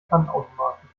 pfandautomaten